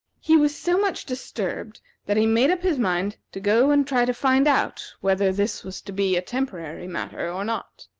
he was so much disturbed that he made up his mind to go and try to find out whether this was to be a temporary matter or not.